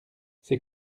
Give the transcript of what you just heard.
c’est